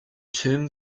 term